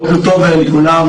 קודם כול,